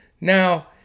Now